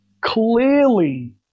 clearly